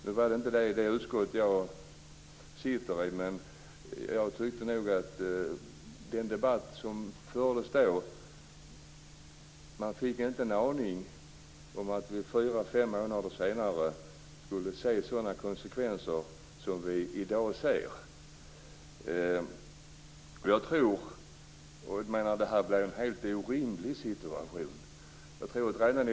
Nu var jag inte med i det aktuella utskottet, men av den debatt som då fördes fick man inte något intryck av att vi fyra fem månader senare skulle se sådana konsekvenser som vi i dag ser. Det blir en helt orimlig situation.